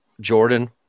Jordan